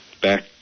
back